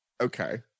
Okay